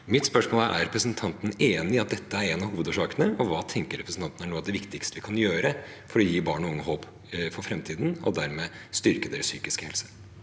Mitt spørsmål er: Er representanten enig i at dette er en av hovedårsakene, og hva tenker representanten er noe av det viktigste vi kan gjøre for å gi barn og unge håp for framtiden, og dermed styrke deres psykiske helse?